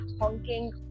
honking